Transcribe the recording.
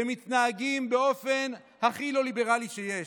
שמתנהגים באופן הכי לא ליברלי שיש.